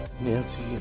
Nancy